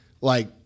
like-